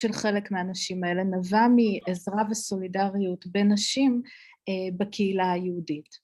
‫של חלק מהנשים האלה נבע ‫מעזרה וסולידריות בין נשים בקהילה היהודית.